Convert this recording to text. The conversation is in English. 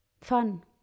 fun